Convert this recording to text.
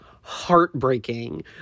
heartbreaking